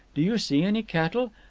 do you see any cattle?